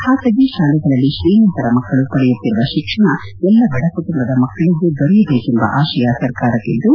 ಖಾಸಗಿ ಶಾಲೆಗಳಲ್ಲಿ ತ್ರೀಮಂತರ ಮಕ್ಕಳು ಪಡೆಯುತ್ತಿರುವ ಶಿಕ್ಷಣ ಎಲ್ಲ ಬಡ ಕುಟುಂಬದ ಮಕಳಿಗೂ ದೊರೆಯಬೇಕೆಂಬ ಆಶಯ ಸರ್ಕಾರಕ್ಕದ್ದು